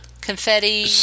confetti